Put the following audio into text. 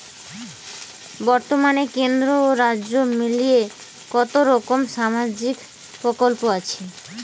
বতর্মানে কেন্দ্র ও রাজ্য মিলিয়ে কতরকম সামাজিক প্রকল্প আছে?